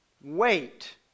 wait